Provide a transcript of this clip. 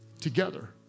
Together